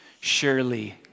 Surely